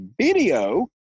video